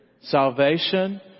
Salvation